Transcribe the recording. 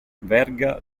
verga